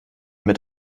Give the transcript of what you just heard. mit